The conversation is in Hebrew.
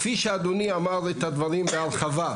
כפי שאדוני אמר את הדברים בהרחבה,